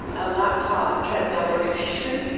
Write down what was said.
a laptop treadmill work station,